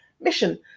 mission